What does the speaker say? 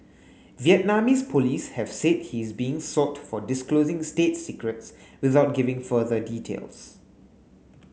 Vietnamese police have said he is being sought for disclosing state secrets without giving further details